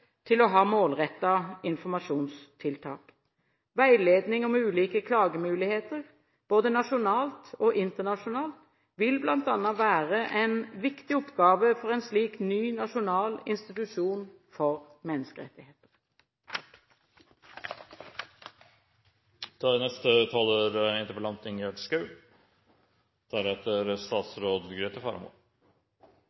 informasjonstiltak. Veiledning om ulike klagemuligheter, både nasjonalt og internasjonalt, vil bl.a. være en viktig oppgave for en slik ny nasjonal institusjon for menneskerettigheter.